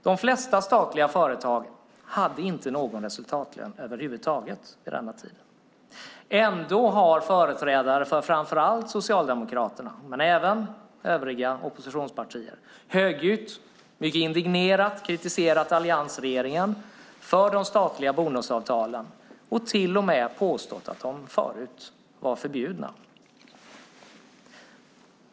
De flesta statliga företag hade inte resultatlön över huvud taget vid denna tid. Ändå har företrädare för framför allt Socialdemokraterna men även övriga oppositionspartier högljutt och indignerat kritiserat alliansregeringen för de statliga bonusavtalen och till och med påstått att de förut var förbjudna.